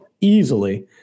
Easily